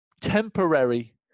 temporary